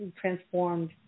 transformed